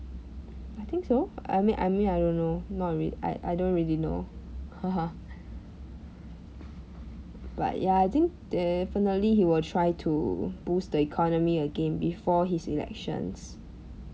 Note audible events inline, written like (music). I think so I mean I mean I don't know not re~ I I don't really know (laughs) but ya I think definitely he will try to boost the economy again before his elections